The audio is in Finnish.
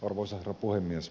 arvoisa herra puhemies